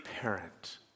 parent